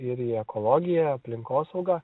ir į ekologiją aplinkosaugą